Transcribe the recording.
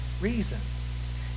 reasons